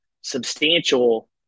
substantial